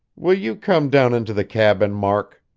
will you come down into the cabin, mark?